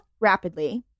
rapidly